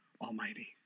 Almighty